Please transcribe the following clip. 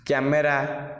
camera